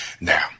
Now